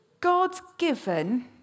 God-given